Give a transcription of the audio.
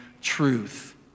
truth